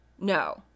No